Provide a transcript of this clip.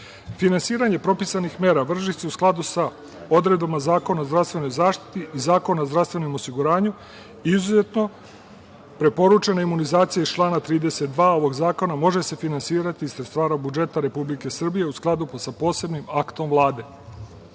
zakonom. Finansiranje propisanih mera vrši se u skladu sa odredbama Zakona o zdravstvenoj zaštiti i Zakona o zdravstvenom osiguranju. Izuzetno preporučena imunizacija iz člana 32. ovog zakona može se finansirati iz sredstava budžeta Republike Srbije u skladu sa posebnim aktom